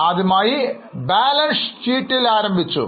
ആദ്യമായി ബാലൻസ് ഷീറ്റിൽ നമ്മൾ ആരംഭിച്ചു